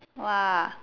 !wah!